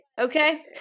okay